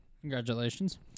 Congratulations